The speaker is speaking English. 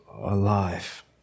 alive